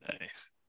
Nice